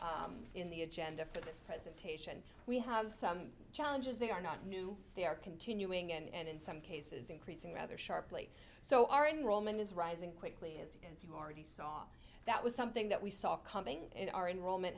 section in the agenda for this presentation we have some challenges they are not new they are continuing and in some cases increasing rather sharply so our enrollment is rising quickly is as you already saw that was something that we saw coming in our enrollment